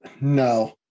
No